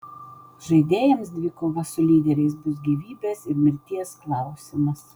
žaidėjams dvikova su lyderiais bus gyvybės ir mirties klausimas